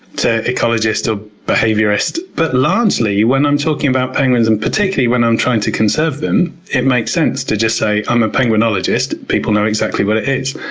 to ecologist, or behaviorist but largely, when i'm talking about penguins and particularly when i'm trying to conserve them, it makes sense to just say i'm a penguinologist. people know exactly what it is.